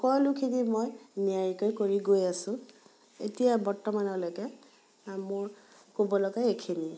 সকলোখিনি মই নিয়াৰিকৈ কৰি গৈ আছোঁ এতিয়া বৰ্তমানলৈকে মোৰ ক'বলগা এইখিনিয়েই